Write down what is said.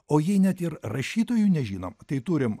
o jei net ir rašytojų nežinom tai turim